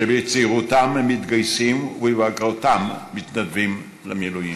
שבצעירותם הם מתגייסים ובבגרותם מתנדבים למילואים.